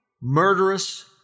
murderous